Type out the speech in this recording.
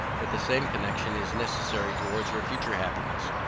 that the same connexion is necessary towards her future happiness,